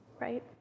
right